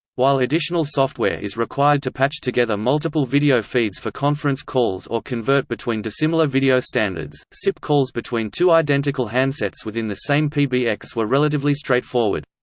while additional software is required to patch together multiple video feeds for conference calls or convert between dissimilar video standards, sip calls between two identical handsets within the same pbx were relatively straightforward.